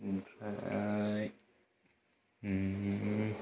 ओमफ्राय ओम